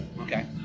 okay